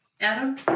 Adam